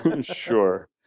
Sure